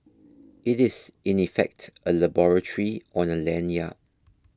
it is in effect a laboratory on a lanyard